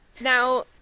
now